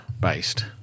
based